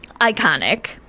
iconic